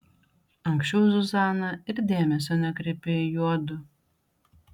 anksčiau zuzana ir dėmesio nekreipė į juodu